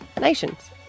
nations